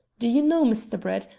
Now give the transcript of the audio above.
do you know, mr. brett,